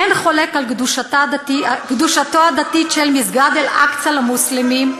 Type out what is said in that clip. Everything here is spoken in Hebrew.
אין חולק על קדושתו הדתית של מסגד אל-אקצא למוסלמים,